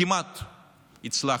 כמעט הצלחתם,